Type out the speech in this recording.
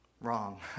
Wrong